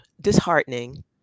disheartening